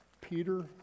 Peter